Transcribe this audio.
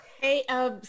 Hey